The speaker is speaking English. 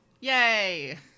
yay